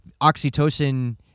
oxytocin